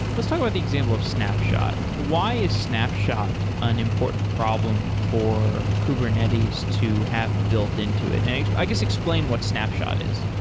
let's talk about the example of snapshot. why is snapshot an important problem for kubernetes to have built into it? and i guess explain what snapshot is.